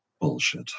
bullshit